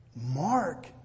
Mark